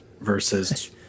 versus